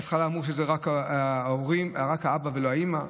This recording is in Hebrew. בהתחלה אמרו שזה רק האבא ולא האימא,